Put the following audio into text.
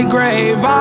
grave